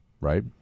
right